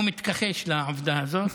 הוא מתכחש לעובדה הזאת.